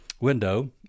window